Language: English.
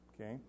Okay